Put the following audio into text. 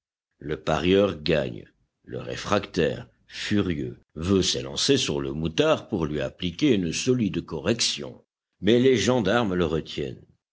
le parieur gagne le réfractaire furieux veut s'élancer sur le moutard pour lui appliquer une solide correction mais les gendarmes le retiennent